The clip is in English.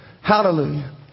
Hallelujah